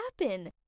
happen